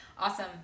Awesome